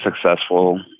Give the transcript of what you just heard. successful